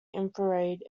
infrared